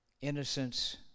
innocence